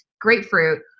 grapefruit